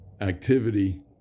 activity